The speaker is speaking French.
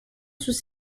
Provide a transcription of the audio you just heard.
sous